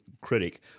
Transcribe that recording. critic